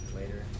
later